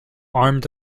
armed